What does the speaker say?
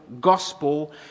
gospel